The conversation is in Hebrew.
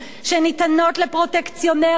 שניתנות לפרוטקציונרים,